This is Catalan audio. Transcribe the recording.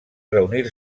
reunir